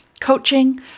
Coaching